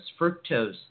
fructose